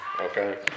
Okay